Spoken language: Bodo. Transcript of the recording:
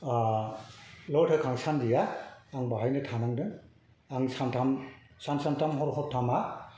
लड होखांसान्दिआ आं बाहायनो थानांदों आं सान्थाम सान सान्थाम हर हरथामा